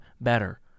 better